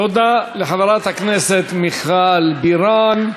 תודה לחברת הכנסת מיכל בירן.